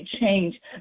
change